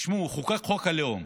תשמעו, חוקק חוק הלאום,